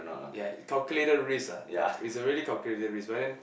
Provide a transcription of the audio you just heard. ya calculated risk ah cal~ is a really calculated risk but then